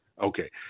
Okay